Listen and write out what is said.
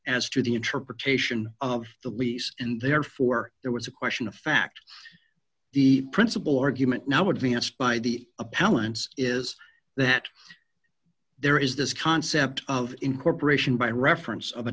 as to the interpretation of the lease and therefore there was a question of fact the principle argument now advanced by the appellants is that there is this concept of incorporation by reference of a